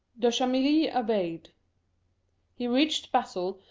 de chamilly obeyed he reached basle,